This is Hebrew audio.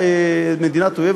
שהיא מדינת אויב,